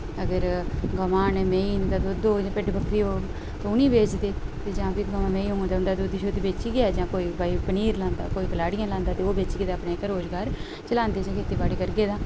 अगर गवां न मेहीं न ता दुद्ध होग भिड्ड बक्करी होग ते उ'नें गी बेचदे जां फ्ही गोआं मेहीं होन उं'दा दुद्ध शुद्ध बेचियै जां कोई भाई पनीर लांदा कोई कलाड़ियां लांदा ते ओह् बेचियै ते अपने जेह्का रुजगार चलांदे जां खेती बाड़ी करियै तां